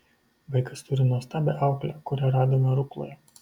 vaikas turi nuostabią auklę kurią radome rukloje